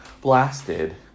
blasted